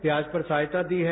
ब्याज पर सहायता दी है